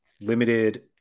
limited